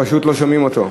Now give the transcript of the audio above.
פשוט לא שומעים אותו.